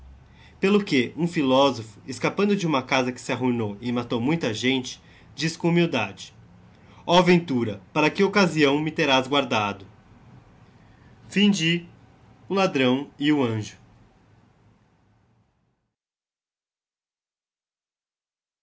pelo que humphilosopho escapando de huma casa que se arruinou e matou muita gente disse com humildade oh ventura para que occasião me terás guardado fabula ix a